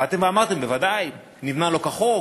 באתם ואמרתם: בוודאי, נבנָה לא כחוק,